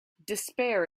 despair